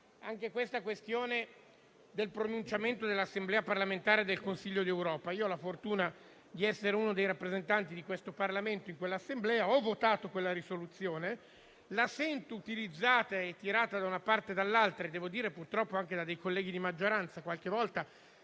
anche alla questione del pronunciamento dell'Assemblea parlamentare del Consiglio d'Europa. Io ho la fortuna di essere uno dei rappresentanti di questo Parlamento in quell'Assemblea. Io ho votato quella risoluzione, che sento utilizzata e tirata da una parte e dall'altra, purtroppo anche da colleghi di maggioranza e, qualche volta,